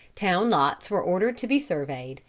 town lots were ordered to be surveyed,